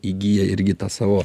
įgiję irgi tą savo